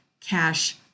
cash